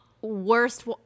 worst